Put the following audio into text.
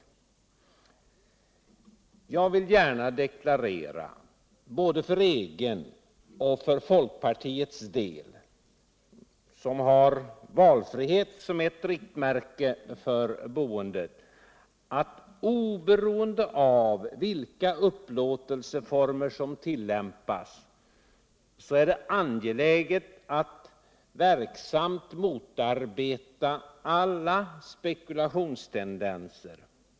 Jag vill gärna deklarera både för min egen del och för folkpartiet, som har valfrihet som ewu riktmärke för sin bostadspolitik, att oberoende av vilka upplåtelseformer som tillämpas är det angeläget att motarbeta alla spekulationstendenser.